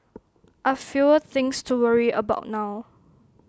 I've fewer things to worry about now